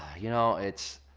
you know, it's.